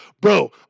Bro